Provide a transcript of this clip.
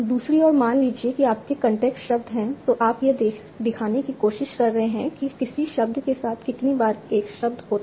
दूसरी ओर मान लीजिए कि आपके कॉन्टेक्स्ट शब्द हैं तो आप यह दिखाने की कोशिश कर रहे हैं कि किसी शब्द के साथ कितनी बार एक शब्द होता है